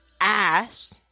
ass